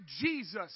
Jesus